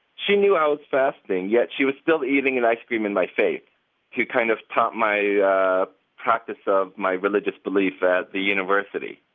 she knew i was fasting, yet she was still eating an ice cream in my face to kind of taunt my yeah practice of my religious belief at the university.